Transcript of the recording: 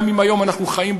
גם אם היום אנחנו חיים,